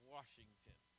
Washington